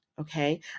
Okay